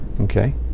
okay